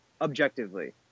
objectively